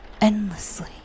endlessly